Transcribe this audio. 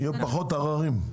יהיו פחות עררים.